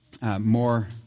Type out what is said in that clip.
more